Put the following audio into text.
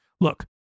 Look